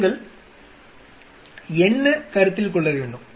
நீங்கள் என்ன கருத்தில் கொள்ள வேண்டும்